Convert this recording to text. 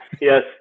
Yes